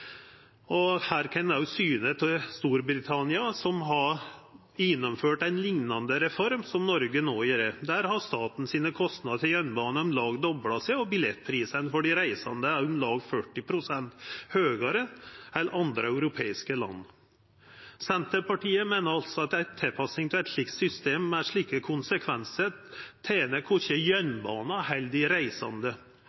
Her kan ein òg syne til Storbritannia, som har gjennomført ei liknande reform som Noreg no gjer. Der har staten sine kostnader til jernbane om lag dobla seg, og billettprisane for dei reisande er om lag 40 pst. høgare enn i andre europeiske land. Senterpartiet meiner altså at ei tilpassing til eit system med slike konsekvensar korkje tener